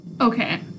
Okay